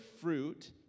fruit